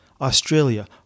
Australia